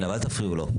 כן, אבל אל תפריעו לו.